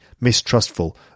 mistrustful